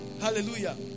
Hallelujah